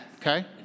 Okay